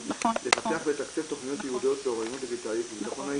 לפתח ולתקצב תכניות ייעודיות לאוריינות דיגיטלית ולביטחון האישי.